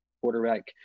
quarterback